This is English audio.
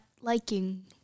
liking